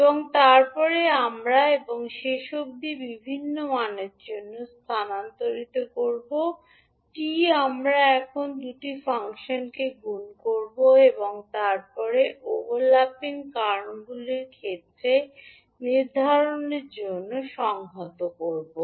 এবং তারপরে আমরা এবং শেষ অবধি বিভিন্ন মানের জন্য স্থানান্তরিত করব 𝑡 আমরা এখন দুটি ফাংশনকে গুণ করব এবং তারপরে ওভারল্যাপিং কারণগুলির ক্ষেত্র নির্ধারণের জন্য সংহত করব